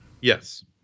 Yes